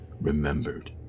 remembered